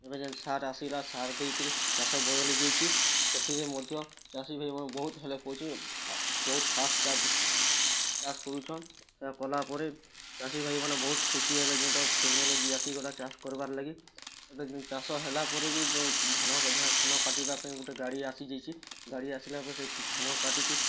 ଏବେ ଯେନ୍ ସାର୍ ଆସିଗଲା ସାର୍ ଦେଇକିରି ଚାଷ ବଦଲେଇ ଦେଇଛି ସେଥିରେ ମଧ୍ୟ ଚାଷୀ ଭାଇ ବହୁତ୍ ହେଲ୍ପ କରୁଛି ବହୁତ୍ ଫାର୍ଷ୍ଟ ଚାଷ୍ ଚାଷ୍ କରୁଛନ୍ କଲା ପରେ ଚାଷୀ ଭାଇମାନେ ବହୁତ୍ ଖୁସି ହେବେ ଯେଉଁଟା ଟେକ୍ନୋଲୋଜି ଆସିଗଲା ଚାଷ୍ କର୍ବାର୍ ଲାଗି ଏବେ ଚାଷ ହେଲା ପରେ ବି ଯେଉଁ ଧାନ ଗଦା ଧାନ କାଟିବା ପାଇଁ ଗୋଟେ ଗାଡ଼ି ଆସିଯାଇଛି ଗାଡ଼ି ଆସିଲା ପରେ ସେ ଧାନ କାଟିକି